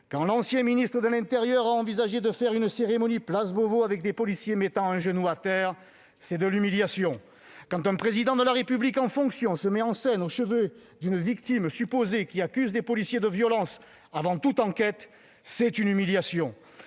Quand l'ancien ministre de l'intérieur a envisagé d'organiser une cérémonie, place Beauvau, où des policiers mettraient un genou à terre, c'était de l'humiliation ! Quand un Président de la République en fonction se met en scène au chevet d'une victime supposée qui accuse des policiers de violences, et ce avant toute enquête, c'est une humiliation